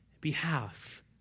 behalf